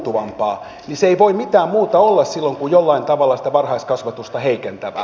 se ei voi mitään muuta olla silloin kuin jollain tavalla sitä varhaiskasvatusta heikentävää